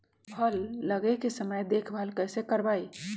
फल लगे के समय देखभाल कैसे करवाई?